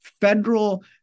federal